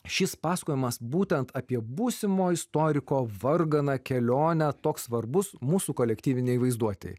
šis pasakojimas būtent apie būsimo istoriko varganą kelionę toks svarbus mūsų kolektyvinei vaizduotei